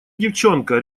девчонка